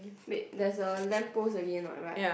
wait there's a lamp post again what right